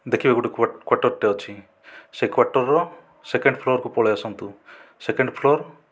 ଦେଖିବେ ଗୋଟିଏ କ୍ଵାଟରଟେ ଅଛି ସେ କ୍ଵାଟରର ସେକେଣ୍ଡ ଫ୍ଲୋରକୁ ପଳାଇଆସନ୍ତୁ ସେକେଣ୍ଡ ଫ୍ଲୋର